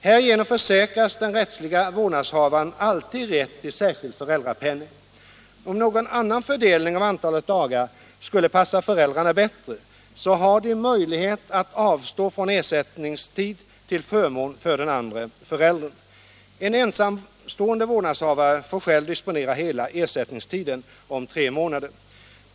Härigenom försäkras den rättsliga vårdnadshavaren alltid rätt till särskild föräldrapenning. Om någon annan fördelning av antalet dagar skulle passa föräldrarna bättre har de möjlighet att avstå från ersättningstid till förmån för den andra föräldern. En ensamstående vårdnadshavare får själv disponera hela ersättningstiden om tre månader.